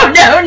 no